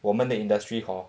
我们的 industry hor